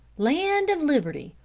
land of liberty!